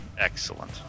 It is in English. excellent